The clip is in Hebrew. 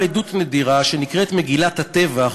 אבל עדות נדירה שנקראת "מגילת הטבח",